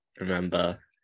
remember